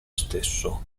stesso